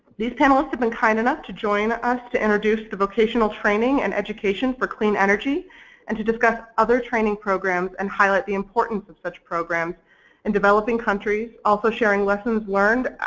these panelists have been kind enough to join us to introduce the vocational training and education for clean energy and to discuss other training programs and highlight the importance of such programs in developing countries also sharing lessons learned,